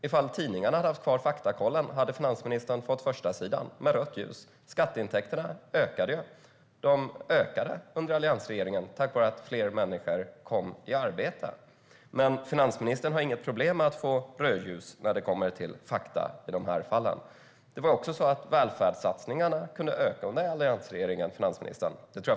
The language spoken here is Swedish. Ifall tidningarna hade haft kvar faktakollen hade finansministern fått förstasidan med rött ljus. Skatteintäkterna ökade ju. De ökade under alliansregeringen tack vare att fler människor kom i arbete. Men finansministern har inget problem med att få rött ljus när det kommer till fakta i de här fallen. Finansministern! Det var också så att välfärdssatsningarna kunde öka under alliansregeringen - det tror jag att finansministern vet om.